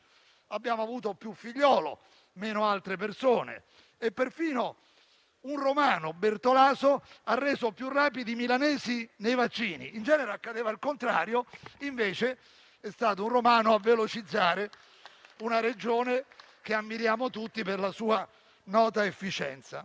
Abbiamo avuto più Figliuolo, meno altre persone. Perfino un romano, Bertolaso, ha reso più rapidi i milanesi nei vaccini. In genere accadeva il contrario, mentre è stato un romano a velocizzare una Regione che ammiriamo tutti per la sua nota efficienza.